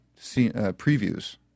previews